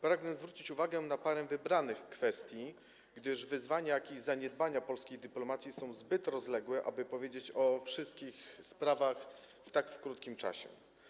Pragnę zwrócić uwagę na parę wybranych kwestii, gdyż wyzwania i zaniedbania polskiej dyplomacji są zbyt rozległe, aby powiedzieć o wszystkich sprawach w tak krótkim czasie.